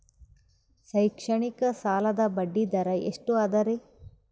ಶೈಕ್ಷಣಿಕ ಸಾಲದ ಬಡ್ಡಿ ದರ ಎಷ್ಟು ಅದರಿ?